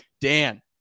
Dan